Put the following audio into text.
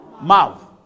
mouth